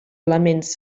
elements